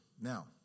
Now